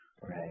Right